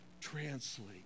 translate